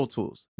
Tools